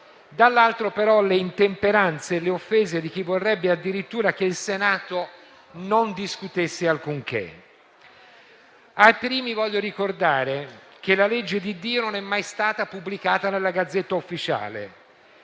dall'altro però ci sono le intemperanze e le offese di chi vorrebbe addirittura che il Senato non discutesse alcunché. Ai primi voglio ricordare che la legge di Dio non è mai stata pubblicata nella *Gazzetta Ufficiale*.